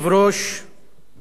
התקשורת שמאלנית.